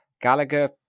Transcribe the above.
Gallagher